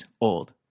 old